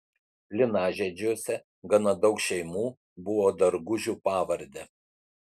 linažiedžiuose gana daug šeimų buvo dargužių pavarde